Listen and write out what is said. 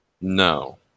No